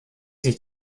sich